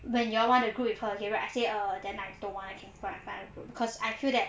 when you all want to group with her again right I say err then I don't want I can find other group cause I feel that